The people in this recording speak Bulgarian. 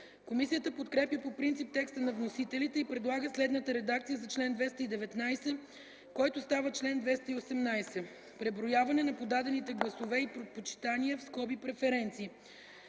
Комисията подкрепя по принцип текста на вносителите и предлага следната редакция за чл. 219, който става чл. 218: „Преброяване на подадените гласове и предпочитания (преференции)